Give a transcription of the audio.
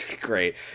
great